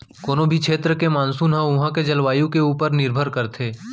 कोनों भी छेत्र के मानसून ह उहॉं के जलवायु ऊपर निरभर करथे